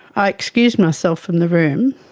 i excused myself from the room